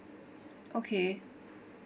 okay